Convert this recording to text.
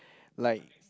like